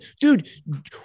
dude